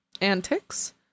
antics